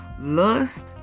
lust